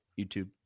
YouTube